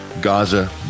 Gaza